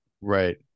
Right